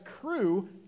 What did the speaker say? crew